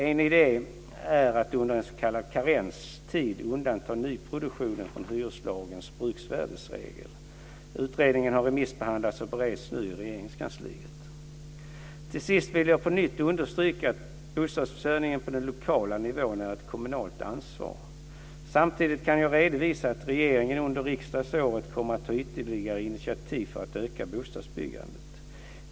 En idé är att under en s.k. karenstid undanta nyproduktionen från hyreslagens bruksvärdesregel. Utredningen har remissbehandlats och bereds nu i Regeringskansliet. Till sist vill jag på nytt understryka att bostadsförsörjningen på den lokala nivån är ett kommunalt ansvar. Samtidigt kan jag redovisa att regeringen under riksdagsåret kommer att ta ytterligare initiativ för att öka bostadsbyggandet.